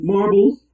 Marbles